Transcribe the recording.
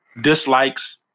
dislikes